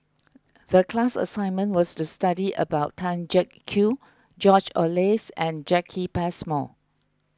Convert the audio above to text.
the class assignment was to study about Tan Kew George Oehlers and Jacki Passmore